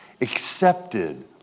accepted